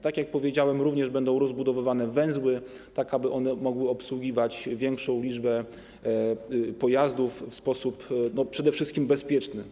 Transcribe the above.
Tak jak powiedziałem, również będą rozbudowywane węzły, tak aby one mogły obsługiwać większą liczbę pojazdów w sposób przede wszystkim bezpieczny.